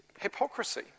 hypocrisy